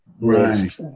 Right